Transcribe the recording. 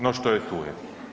No što je tu je.